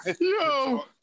Yo